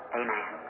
amen